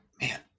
man